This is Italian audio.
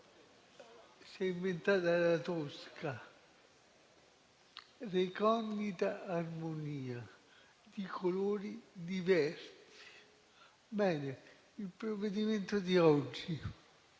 si è inventata la Tosca, recondita armonia di colori diversi. Bene, il provvedimento di oggi,